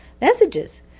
messages